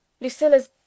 Lucilla's